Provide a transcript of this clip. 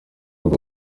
ubwo